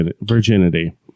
virginity